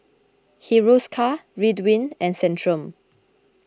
Hiruscar Ridwind and Centrum